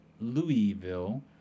Louisville